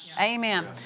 Amen